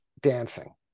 dancing